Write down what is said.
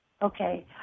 Okay